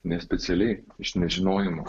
ne specialiai iš nežinojimo